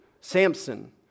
Samson